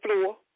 floor